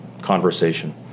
conversation